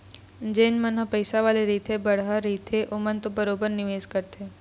जेन मन ह पइसा वाले रहिथे बड़हर रहिथे ओमन तो बरोबर निवेस करथे